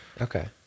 okay